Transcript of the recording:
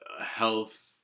health